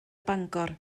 bangor